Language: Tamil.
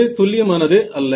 இது துல்லியமானது அல்ல